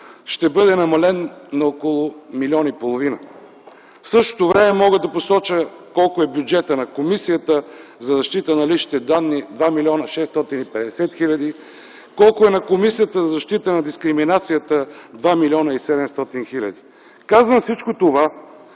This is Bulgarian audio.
ще бъде намален на около милион и половина. Мога да посоча колко е бюджетът на Комисията за защита на личните данни – 2 млн. 650 хил. лв., колко е на Комисията за защита от дискриминацията – 2 млн. 700 хил. лв. Казвам всичко това,